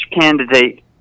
candidate